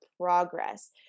progress